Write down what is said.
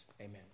Amen